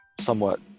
somewhat